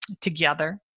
together